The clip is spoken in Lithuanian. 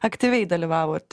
aktyviai dalyvavot